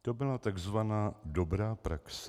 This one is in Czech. To byla takzvaná dobrá praxe.